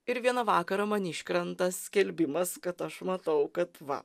ir vieną vakarą man iškrenta skelbimas kad aš matau kad va